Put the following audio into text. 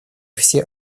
все